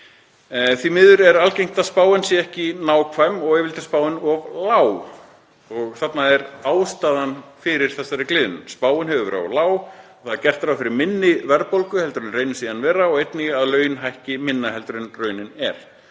Því miður er algengt að spáin sé ekki nákvæm og yfirleitt er spáin of lág og þar liggur ástæðan fyrir þessari gliðnun. Spáin hefur verið of lág og það er gert ráð fyrir minni verðbólgu heldur en reynist síðan vera og einnig að laun hækki minna en raunin